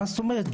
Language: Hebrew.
מה זאת אומרת,